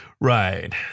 Right